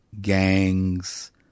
Gangs